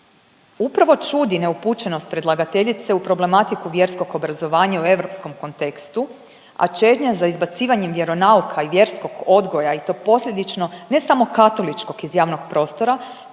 Upravo čudi neupućenost predlagateljice u problematiku vjerskog obrazovanja u europskom kontekstu, a čežnja za izbacivanjem vjeronauka i vjerskog odgoja i to posljedično, ne samo katoličkog iz javnog prostora